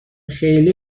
خیلی